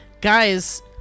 Guys